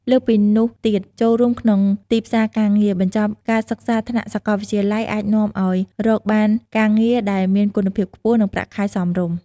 លើសពីនោះទៀត ចូលរួមក្នុងទីផ្សារការងារ បញ្ចប់ការសិក្សាថ្នាក់សាកលវិទ្យាល័យអាចនាំឲ្យរកបានការងារដែលមានគុណភាពខ្ពស់ និងប្រាក់ខែសមរម្យ។